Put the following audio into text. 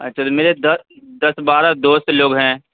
اچھا جی میرے دس دس بارہ دوست لوگ ہیں